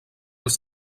els